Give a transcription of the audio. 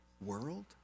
world